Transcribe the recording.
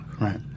Right